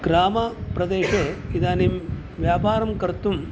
ग्रामप्रदेशे इदानीं व्यापारं कर्तुं